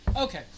Okay